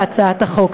בהצעת החוק.